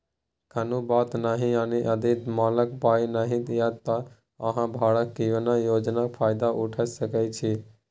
कुनु बात नहि यदि मालक पाइ नहि यै त अहाँ भाड़ा कीनब योजनाक फायदा उठा सकै छी